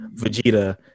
Vegeta